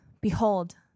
Behold